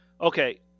Okay